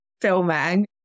filming